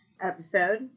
episode